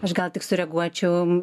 aš gal tik sureaguočiau